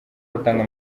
batanga